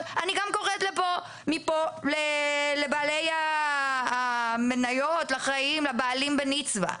אני קוראת מפה לבעלי המניות, לבעלים בנצבא: